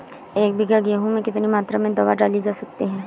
एक बीघा गेहूँ में कितनी मात्रा में दवा डाली जा सकती है?